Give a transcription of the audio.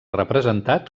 representat